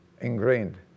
ingrained